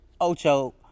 Ocho